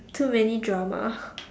too many drama